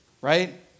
Right